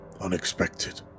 unexpected